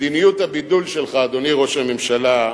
מדיניות הבידול שלך, אדוני ראש הממשלה,